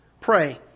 Pray